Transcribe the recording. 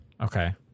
Okay